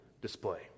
display